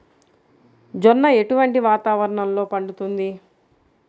జొన్న ఎటువంటి వాతావరణంలో పండుతుంది?